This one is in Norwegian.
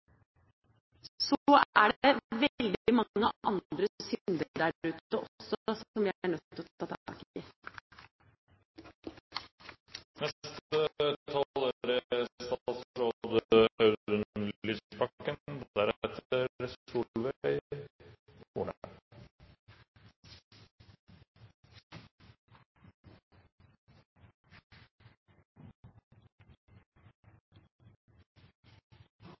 er det veldig mange andre syndere der ute også, som vi er nødt til å ta tak i.